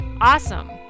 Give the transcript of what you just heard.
awesome